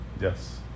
Yes